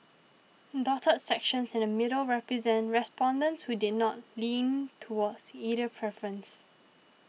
dotted sections in the middle represent respondents who did not lean towards either preference